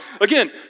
again